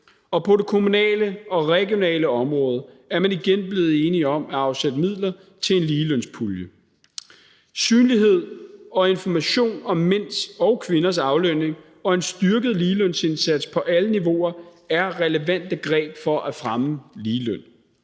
Og på det kommunale og regionale område er man igen blevet enige om at afsætte midler til en ligelønspulje. Synlighed og information om mænds og kvinders aflønning og en styrket ligelønsindsats på alle niveauer er relevante greb for at fremme ligeløn.